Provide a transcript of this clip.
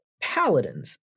Paladins